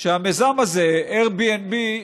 שהמיזם הזה, Airbnb,